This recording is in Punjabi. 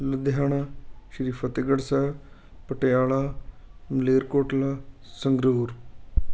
ਲੁਧਿਆਣਾ ਸ਼੍ਰੀ ਫਤਿਹਗੜ੍ਹ ਸਾਹਿਬ ਪਟਿਆਲਾ ਮਲੇਰਕੋਟਲਾ ਸੰਗਰੂਰ